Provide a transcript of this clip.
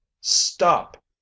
Stop